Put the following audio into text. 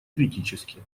критически